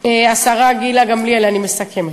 השרה גילה גמליאל, אני מסכמת,